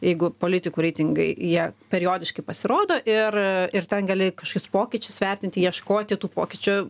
jeigu politikų reitingai jie periodiškai pasirodo ir ir ten gali kažkokius pokyčius vertinti ieškoti tų pokyčių